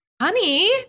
honey